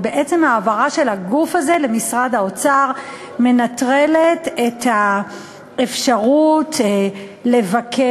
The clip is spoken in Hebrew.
ובעצם ההעברה של הגוף הזה למשרד האוצר מנטרלת את האפשרות לבקר,